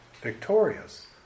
victorious